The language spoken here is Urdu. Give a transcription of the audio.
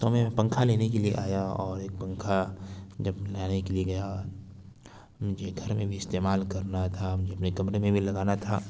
تو میں پنکھا لینے کے لیے آیا اور ایک پنکھا جب لانے کے لیے گیا مجھے گھر میں بھی استعمال کرنا تھا مجھے اپنے کمرے میں بھی لگانا تھا